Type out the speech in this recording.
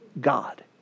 God